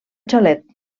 xalet